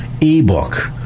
e-book